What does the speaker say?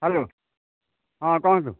hello ହଁ କୁହନ୍ତୁ